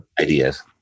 ideas